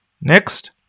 Next